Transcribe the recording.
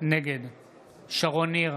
נגד שרון ניר,